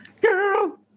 Girl